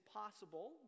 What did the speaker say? possible